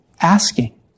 asking